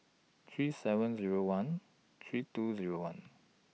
three seven Zero one three two Zero one